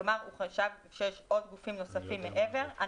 כלומר, הוא חשב שיש גופים נוספים מעבר.